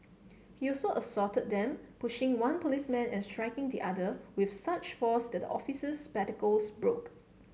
he also assaulted them pushing one policeman and striking the other with such force that the officer's spectacles broke